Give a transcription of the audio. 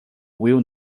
will